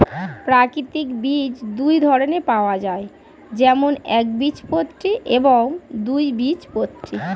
প্রাকৃতিক বীজ দুই ধরনের পাওয়া যায়, যেমন একবীজপত্রী এবং দুই বীজপত্রী